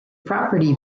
property